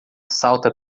salta